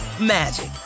magic